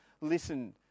listen